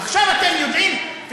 עכשיו אתם יודעים,